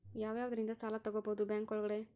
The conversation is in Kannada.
ಯಾವ್ಯಾವುದರಿಂದ ಸಾಲ ತಗೋಬಹುದು ಬ್ಯಾಂಕ್ ಒಳಗಡೆ?